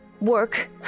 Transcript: work